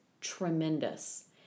tremendous